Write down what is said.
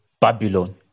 Babylon